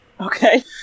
Okay